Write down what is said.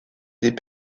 des